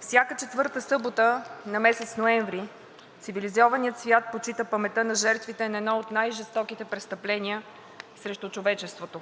Всяка четвърта събота на месец ноември цивилизованият свят почита паметта на жертвите на едно от най-жестоките престъпления срещу човечеството